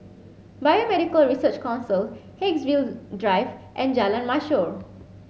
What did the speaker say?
Biomedical Research Council Haigsville Drive and Jalan Mashor